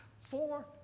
four